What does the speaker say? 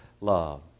love